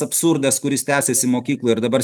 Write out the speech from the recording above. absurdas kuris tęsiasi mokykloj ir dabar